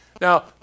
Now